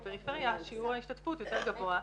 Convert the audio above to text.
בפריפריה שיעור ההשתתפות יותר גבוה.